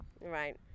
right